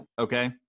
okay